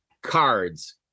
cards